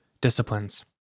Disciplines